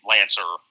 Lancer